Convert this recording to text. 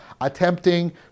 attempting